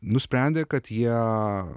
nusprendė kad jie